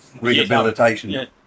rehabilitation